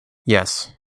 yes